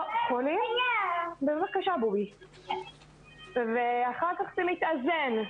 חולים ואחר כך זה מתאזן.